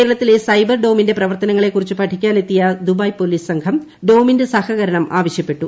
കേരളത്തിലെ സൈബർ ഡോമിന്റെ പ്രർത്തനങ്ങളെ കുറിച്ച് പഠിക്കാൻ എത്തിയ ദുബായ് പോലീസ് സംഘം ഡോമിന്റെ സഹകരണം ആവശ്യപ്പെട്ടു